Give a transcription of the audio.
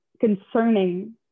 concerning